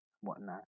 whatnot